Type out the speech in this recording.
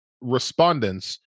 respondents